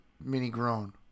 mini-grown